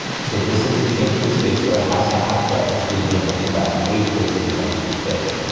so this is a chain three space, so it has to have that three in there. so that eighth is the extra stitch,